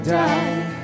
die